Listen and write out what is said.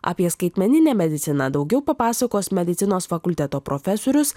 apie skaitmeninę mediciną daugiau papasakos medicinos fakulteto profesorius